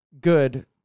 good